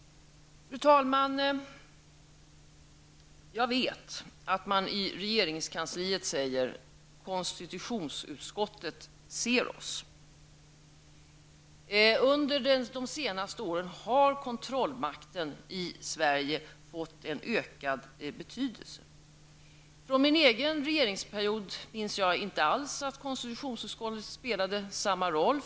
Fru talman! Jag vet att man, i regeringskansliet, säger att konstitutionsutskottet ser oss. Under de senaste åren har kontrollmakten i Sverige fått en ökad betydelse. Från min egen regeringsperiod minns jag inte alls att konstitutionsutskottet spelade samma roll.